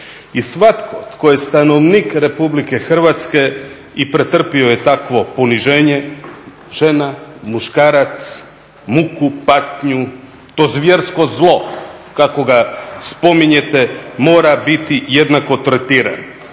i svatko tko je stanovnik RH i pretrpio je takvo poniženje žena, muškarac, muku, patnju, to zvjersko zlo kako ga spominjete mora biti jednako tretiran.